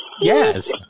Yes